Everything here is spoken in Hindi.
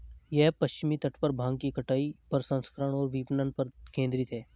यह पश्चिमी तट पर भांग की कटाई, प्रसंस्करण और विपणन पर केंद्रित है